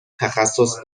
تخصص